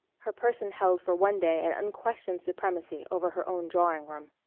her person held for one day an unquestioned supremacy over her own drawing room.